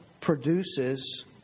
produces